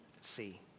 see